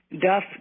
Duff